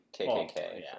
KKK